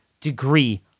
degree